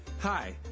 Hi